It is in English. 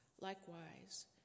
Likewise